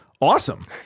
awesome